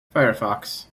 firefox